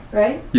right